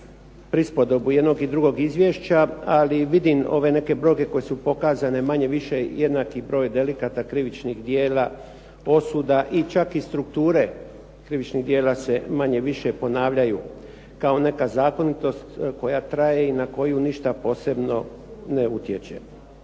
prispodobu jednog i drugog izvješća, ali vidim ove neke brojke koje su pokazane manje-više, jednaki broj delikata, krivičnih djela, osuda i čak i strukture krivičnih djela se manje-više ponavljaju kao neka zakonitost koja traje i na koju ništa posebno ne utječe.